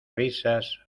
risas